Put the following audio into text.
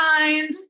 mind